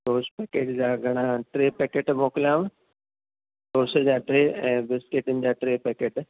toast packet जा घणा टे पैकेट मोकिलियांव टोश जा टे ऐं बिस्किटनि जा टे पैकेट